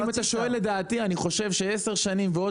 אם אתה שואל את דעתי אני חושב שעשר שנים ועוד